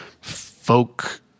folk